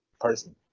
person